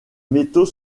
métaux